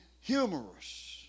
humorous